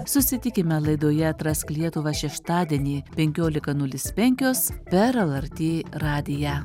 susitikime laidoje atrask lietuvą šeštadienį penkiolika nulis penkios per lrt radiją